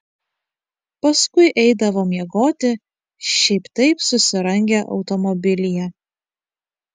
paskui eidavo miegoti šiaip taip susirangę automobilyje